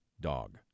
dog